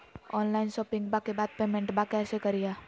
Online शोपिंग्बा के बाद पेमेंटबा कैसे करीय?